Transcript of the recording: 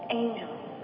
angels